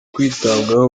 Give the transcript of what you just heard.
kwitabwaho